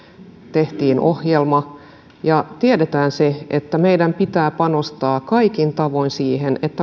tehtiin ohjelma tiedetään se että meidän pitää panostaa kaikin tavoin siihen että